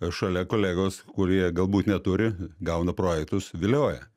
šalia kolegos kurie galbūt neturi gauna projektus vilioja